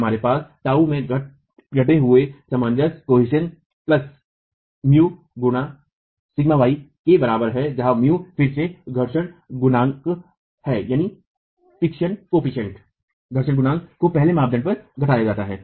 हमारे पास τ टाऊ में घटे हुए सामंजस्य प्लस μ गुणा σy के बराबर है जहाँ μ फिर से घर्षण गुणांक को पहले मापदंड पर घटाया जाता है